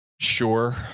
Sure